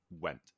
went